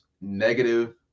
negative